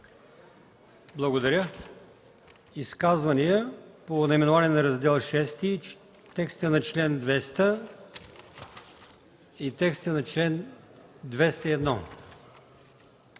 Благодаря. Изказвания по наименованието на Раздел VІ, текста на чл. 200 и текста на чл. 201?